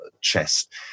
chest